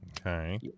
Okay